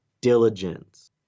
diligence